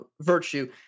virtue